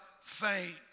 faint